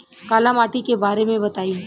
काला माटी के बारे में बताई?